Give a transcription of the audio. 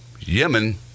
Yemen